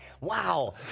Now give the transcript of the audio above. Wow